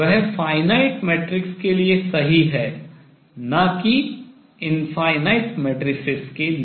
वह finite matrix परिमित matrix के लिए सही है न कि infinite matrices अनंत मैट्रिक्स के लिए